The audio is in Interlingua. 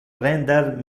prender